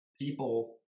people